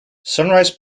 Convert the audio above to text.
sunrise